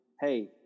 hey